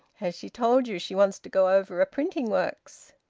has she told you she wants to go over a printing works?